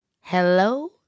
hello